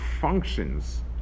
functions